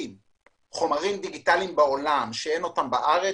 חומרים דיגיטליים בעולם שאין אותם בארץ,